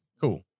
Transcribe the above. Cool